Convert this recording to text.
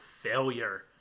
failure